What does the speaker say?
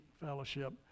fellowship